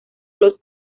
los